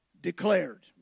Declared